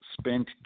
spent